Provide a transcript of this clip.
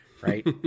right